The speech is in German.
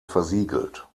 versiegelt